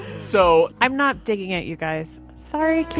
so. i'm not digging it, you guys. sorry, keith